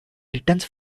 returns